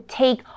take